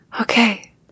okay